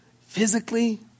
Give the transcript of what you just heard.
physically